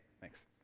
Thanks